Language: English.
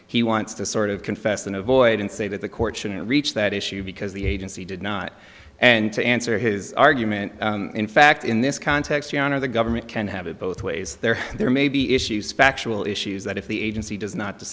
he wants to sort of confess and avoid and say that the court shouldn't reach that issue because the agency did not and to answer his argument in fact in this context your honor the government can't have it both ways there and there may be issues factual issues that if the agency does not